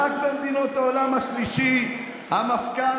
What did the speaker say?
רק במדינות העולם השלישי המפכ"ל,